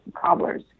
cobblers